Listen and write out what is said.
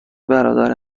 برادر